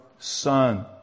Son